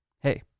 Hey